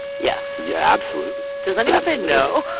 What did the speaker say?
yes yeah, absolutely does anyone say no?